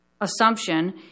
assumption